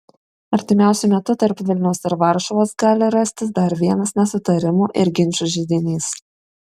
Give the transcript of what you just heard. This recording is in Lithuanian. artimiausiu metu tarp vilniaus ir varšuvos gali rastis dar vienas nesutarimų ir ginčų židinys